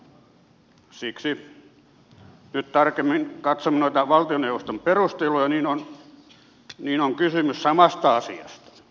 jos nyt tarkemmin katsomme noita valtioneuvoston perusteluja niin on kysymys samasta asiasta